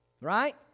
Right